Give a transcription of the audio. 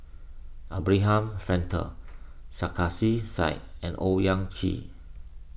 Abraham Frankel Sarkasi Said and Owyang Chi